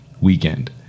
weekend